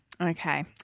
Okay